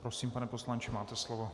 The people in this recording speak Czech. Prosím pane poslanče, máte slovo.